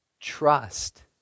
Trust